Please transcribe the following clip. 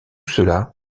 cela